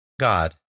God